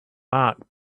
mark